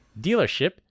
dealership